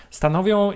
stanowią